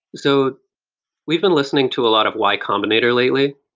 so we've been listening to a lot of y combinator lately.